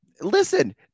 Listen